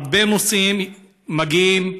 הרבה נוסעים מגיעים.